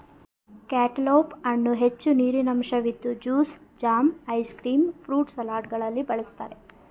cantaloupe ಹಣ್ಣು ಹೆಚ್ಚು ನೀರಿನಂಶವಿದ್ದು juice, jam, ice cream, fruit ಸಲಾಡ್ಗಳಲ್ಲಿ ಬಳ್ಸತ್ತರೆ